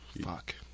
Fuck